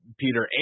peter